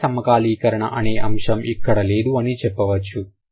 లింగ సమకాలీకరణ అనే అంశం ఇక్కడ లేదు అని చెప్పవచ్చు